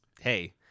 hey